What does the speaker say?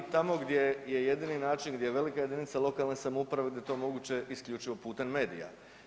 I tamo gdje je jedini način, gdje je velika jedinica lokalne samouprave gdje je to moguće isključivo putem medija.